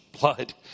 blood